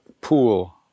pool